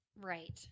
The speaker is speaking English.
right